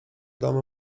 domy